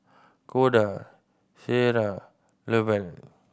Koda Ciera Lovell